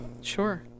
Sure